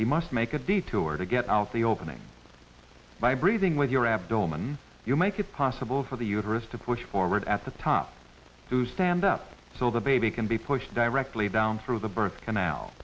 you must make a detour to get out the opening by breathing with your abdomen you make it possible for the uterus to push forward at the top to stand up so the baby can be pushed directly down through the birth canal